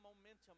momentum